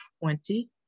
twenty